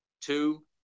two